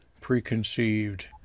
preconceived